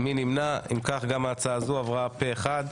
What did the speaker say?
גם ההצעה הזאת עברה פה אחד.